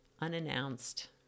unannounced